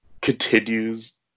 continues